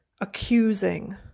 accusing